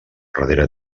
darrere